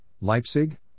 Leipzig